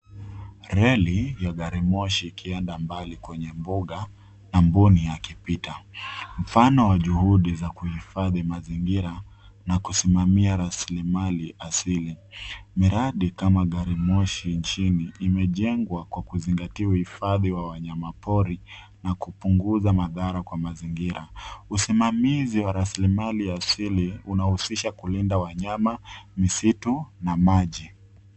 Reli ya gari moshi ikienda mbali kwenye mbuga na mbuni akipita. Mfano wa juhudi za kuhifadhi mazingira na kusimamilia raslimali asili. Miradi kama gari moshi nchini imejengwa kwa kuzingatia uhifadhi wa wanyama pori, na kupunguza madhara kwa mazingira. Usimamizi wa raslimali ya asili, unahusisha kulinda wanyama, misitu, na maji.